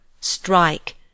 strike